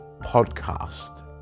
podcast